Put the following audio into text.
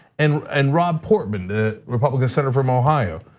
and and rob portman, the republican senator from ohio.